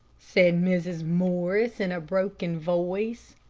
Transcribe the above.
said mrs. morris, in a broken voice.